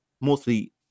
mostly